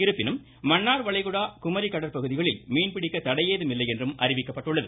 இருப்பினும் மன்னார் வளைகுடா குமரிக்கடல் பகுதிகளில் மீன்பிடிக்க தடையில்லை என்றும் அறிவிக்கப்பட்டுள்ளது